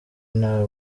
nta